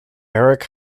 eric